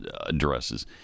addresses